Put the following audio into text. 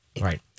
right